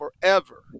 forever